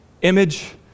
Image